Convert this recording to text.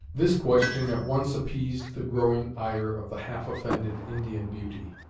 this question at once appeased the growing ire of the half-offended indian beauty.